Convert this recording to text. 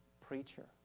preacher